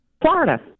Florida